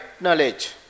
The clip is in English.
knowledge